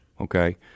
okay